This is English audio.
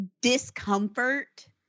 discomfort